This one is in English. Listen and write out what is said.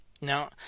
Now